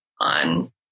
on